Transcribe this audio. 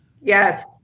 Yes